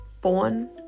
born